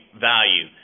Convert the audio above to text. value